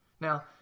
Now